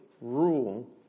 rule